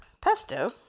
pesto